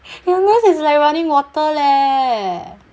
your nose is like running water leh